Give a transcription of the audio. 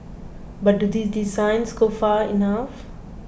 but do these designs go far enough